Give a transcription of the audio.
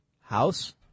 house